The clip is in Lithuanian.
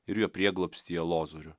ir jo prieglobstyje lozorių